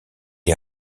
est